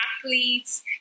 athletes